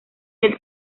del